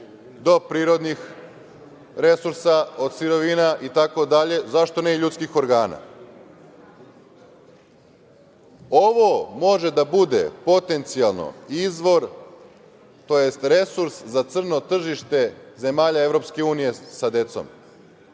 do prirodnih resursa, od sirovina itd, zašto ne i ljudskih organa? Ovo može da bude potencijalno izvor, tj. resurs za crno tržište zemalja EU sa decom.